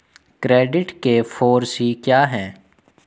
Credit के four C क्या हैं?